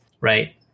right